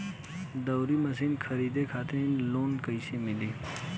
दऊनी मशीन खरीदे खातिर लोन कइसे मिली?